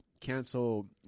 cancel